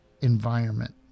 environment